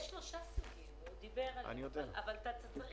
על השוק